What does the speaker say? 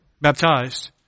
baptized